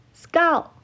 skull